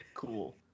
Cool